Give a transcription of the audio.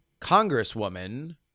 congresswoman